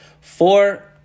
Four